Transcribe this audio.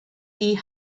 die